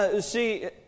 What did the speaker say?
See